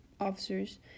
officers